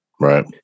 Right